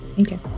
okay